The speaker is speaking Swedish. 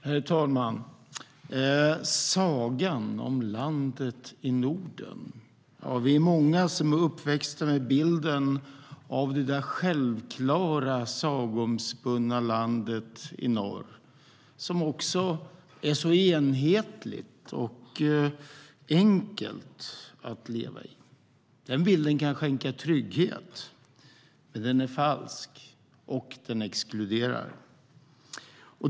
Herr talman! Sagan om landet i Norden - vi är många som är uppväxta med bilden av det där självklara sagoomspunna landet i norr, som också är så enhetligt och enkelt att leva i. Den bilden kan skänka trygghet, men den är falsk, och den exkluderar.